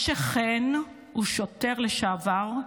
משה חן הוא שוטר לשעבר,